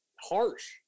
harsh